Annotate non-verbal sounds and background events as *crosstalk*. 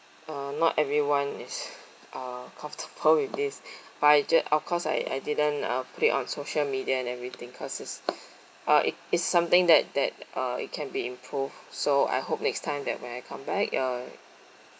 uh not everyone is *breath* uh comfortable *laughs* with this but I ju~ of course I I didn't uh put it on social media and everything because it's uh it is something that that uh it can be improved so I hope next time that when I come back uh